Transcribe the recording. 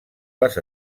les